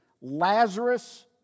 Lazarus